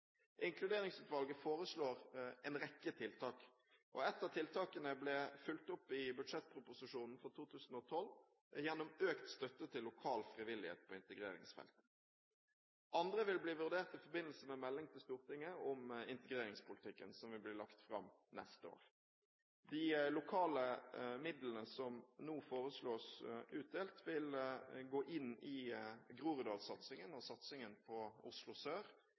Inkluderingsutvalget foreslår en rekke tiltak. Et av tiltakene ble fulgt opp i budsjettproposisjonen for 2012, gjennom økt støtte til lokal frivillighet på integreringsfeltet. Andre vil bli vurdert i forbindelse med melding til Stortinget om integreringspolitikken, som vil bli lagt fram neste år. De lokale midlene som nå foreslås utdelt, vil gå inn i Groruddalssatsingen og satsingen på Oslo sør